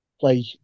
play